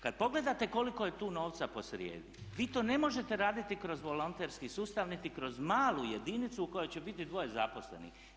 Kada pogledate koliko je tu novca posrijedi, vi to ne možete raditi kroz volonterski sustav niti kroz malu jedinicu u kojoj će biti dvoje zaposlenih.